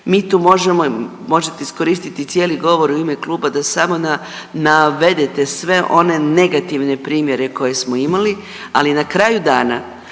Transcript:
možete iskoristiti cijeli govor u ime kluba da samo na…, navedete sve one negativne primjere koje smo imali, ali na kraju dana